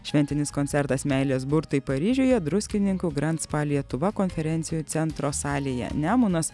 šventinis koncertas meilės burtai paryžiuje druskininkų grand spa lietuva konferencijų centro salėje nemunas